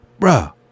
Bruh